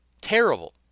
Terrible